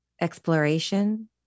exploration